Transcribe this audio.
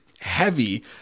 heavy